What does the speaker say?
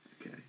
Okay